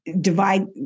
divide